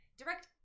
direct